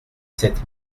sept